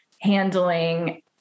handling